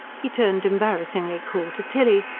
he turned embarrassingly cool to tilly.